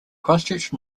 christchurch